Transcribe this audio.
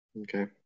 Okay